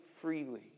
freely